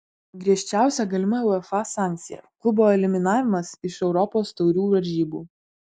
griežčiausia galima uefa sankcija klubo eliminavimas iš europos taurių varžybų